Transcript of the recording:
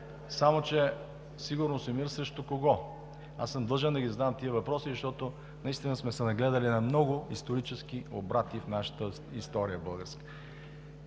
само че сигурност и мир срещу кого? Аз съм длъжен да задам тези въпроси, защото наистина сме се нагледали на много исторически обрати в нашата българска